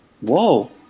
Whoa